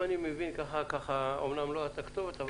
אם אני מבין ככה אמנם לא את הכתובת,